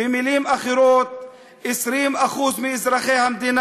במשך עשרות שנים למדנו